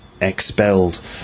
expelled